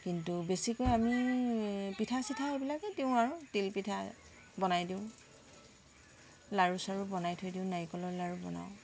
কিন্তু বেছিকৈ আমি পিঠা চিঠা এইবিলাকেই দিওঁ আৰু তিলপিঠা বনাই দিওঁ লাড়ু চাড়ু বনাই থৈ দিওঁ নাৰিকলৰ লাড়ু বনাওঁ